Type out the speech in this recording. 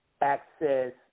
access